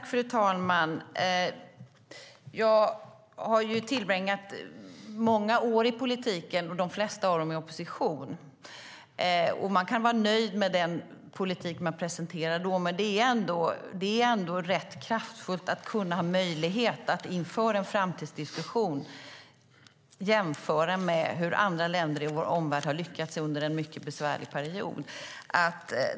Fru talman! Jag har tillbringat många år i politiken, de flesta av dem i opposition. Man kan vara nöjd med den politik man presenterar, och det är trots allt rätt kraftfullt att ha möjlighet att inför en framtidsdiskussion kunna jämföra med hur andra länder i vår omvärld har lyckats under en mycket besvärlig period.